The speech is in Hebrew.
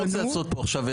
הצעתי לו הצעות אחרות.